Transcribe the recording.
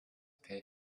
pay